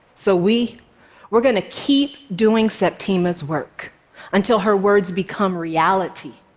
so we we're going to keep doing septima's work until her words become reality,